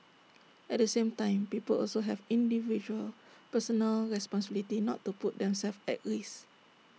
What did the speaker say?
at the same time people also have an individual personal responsibility not to put themselves at risk